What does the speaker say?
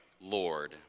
Lord